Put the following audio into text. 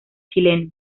chileno